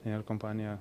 ir kompanija